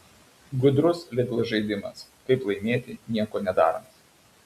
gudrus lidl žaidimas kaip laimėti nieko nedarant